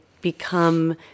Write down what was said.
become